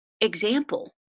example